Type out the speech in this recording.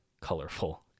colorful